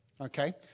Okay